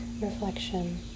reflection